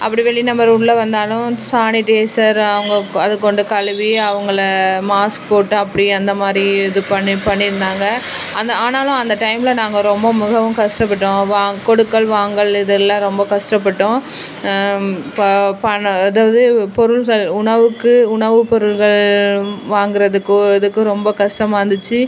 அப்படி வெளி நபர் உள்ளே வந்தாலும் சானிடைசர் அவங்க க அதுக் கொண்டு கழுவி அவங்கள மாஸ்க் போட்டு அப்படி அந்த மாதிரி இது பண்ணி பண்ணியிருந்தாங்க ஆனால் ஆனாலும் அந்த டைமில் நாங்கள் ரொம்ப மிகவும் கஷ்டப்பட்டோம் வாங் கொடுக்கல் வாங்கல் இதெல்லாம் ரொம்ப கஷ்டப்பட்டோம் ப பணம் அதாவது பொருள்கள் உணவுக்கு உணவு பொருள்கள் வாங்குறதுக்கு இதுக்கு ரொம்ப கஷ்டமா இருந்துச்சு